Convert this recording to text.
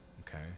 okay